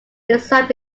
designed